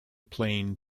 plane